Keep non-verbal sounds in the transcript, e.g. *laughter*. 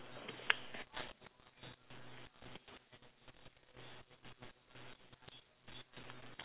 *noise*